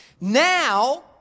now